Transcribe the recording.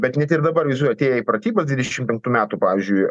bet net ir dabar atėję į pratybas dvidešimt penktų metų pavyzdžiui